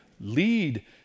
lead